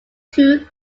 two